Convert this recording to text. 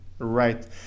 Right